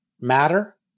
matter